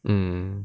mm